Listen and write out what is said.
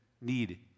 need